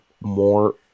more